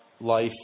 life